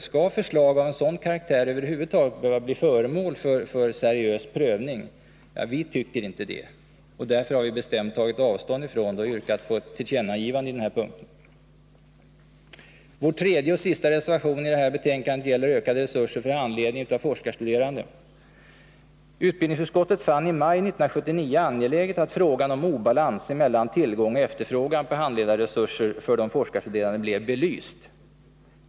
Skall förslag av en sådan karaktär över huvud taget behöva bli föremål för seriös prövning? Vi tycker inte det. Därför har vi bestämt tagit avstånd från det och yrkat på ett tillkännagivande i denna punkt. Vår tredje och sista reservation i det här betänkandet gäller ökade resurser för handledning av forskarstuderande. Utbildningsutskottet fann det i maj 1979 angeläget att frågan om obalans mellan tillgång och efterfrågan på handledarresurser för de forskarstuderande blev belyst.